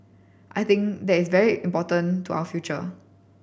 I think that is very important to our future